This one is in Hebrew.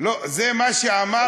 זה מה שהוא עשה פה היום.